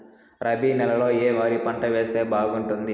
రబి నెలలో ఏ వరి పంట వేస్తే బాగుంటుంది